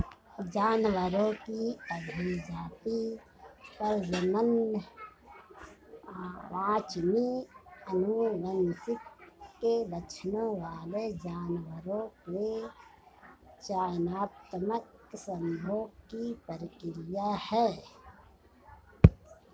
जानवरों की अभिजाती, प्रजनन वांछनीय आनुवंशिक लक्षणों वाले जानवरों के चयनात्मक संभोग की प्रक्रिया है